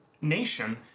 nation